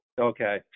Okay